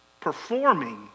performing